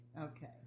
Okay